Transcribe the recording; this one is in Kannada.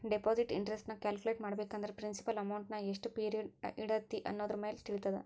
ಡೆಪಾಸಿಟ್ ಇಂಟರೆಸ್ಟ್ ನ ಕ್ಯಾಲ್ಕುಲೆಟ್ ಮಾಡ್ಬೇಕಂದ್ರ ಪ್ರಿನ್ಸಿಪಲ್ ಅಮೌಂಟ್ನಾ ಎಷ್ಟ್ ಪಿರಿಯಡ್ ಇಡತಿ ಅನ್ನೋದರಮ್ಯಾಲೆ ತಿಳಿತದ